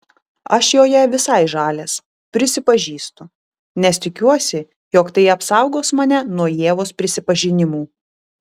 aš joje visai žalias prisipažįstu nes tikiuosi jog tai apsaugos mane nuo ievos prisipažinimų